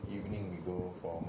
no you know what we do